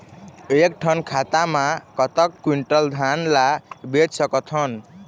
एक ठन खाता मा कतक क्विंटल धान ला बेच सकथन?